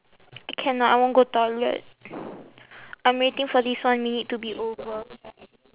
cannot I want go toilet I'm waiting for this one minute to be over